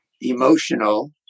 emotional